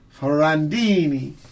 Farandini